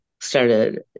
started